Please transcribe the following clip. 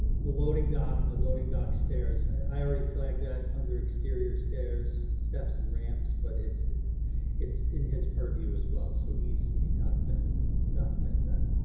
the loading dock and the loading dock stairs, i already flagged that under exterior stairs, steps and ramps, but it's it's in his purview as well so he's he's documented documented that.